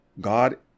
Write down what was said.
God